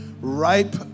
ripe